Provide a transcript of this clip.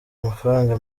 amafaranga